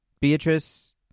Beatrice